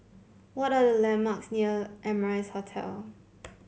what are the landmarks near Amrise Hotel